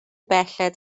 belled